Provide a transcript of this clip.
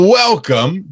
welcome